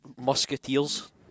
musketeers